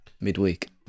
midweek